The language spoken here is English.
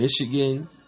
Michigan